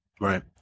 right